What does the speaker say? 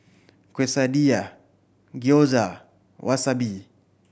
Quesadilla Gyoza Wasabi